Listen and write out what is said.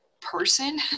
person